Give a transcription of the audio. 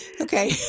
Okay